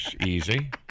Easy